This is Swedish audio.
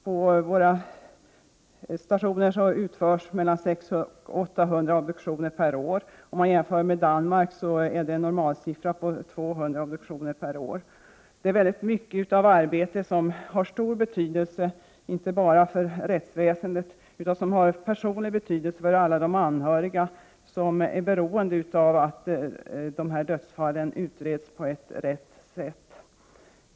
På våra stationer utförs mellan 600 och 800 obduktioner per år. I Danmark är normalsiffran 200 obduktioner per år. Det här arbetet har stor betydelse inte bara för rättsväsendet utan också för alla anhöriga som är beroende av att dödsfallen utreds på ett riktigt sätt.